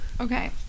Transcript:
okay